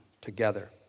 together